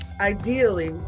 Ideally